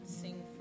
sing